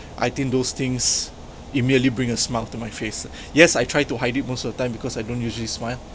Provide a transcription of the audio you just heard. I think those things immediately bring a smile to my face yes I try to hide it most of the time because I don't usually smile